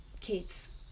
kids